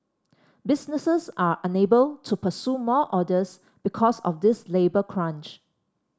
businesses are unable to pursue more orders because of this labour crunch